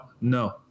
no